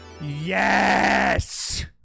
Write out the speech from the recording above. Yes